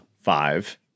five